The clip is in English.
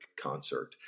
concert